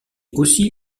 aussi